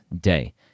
day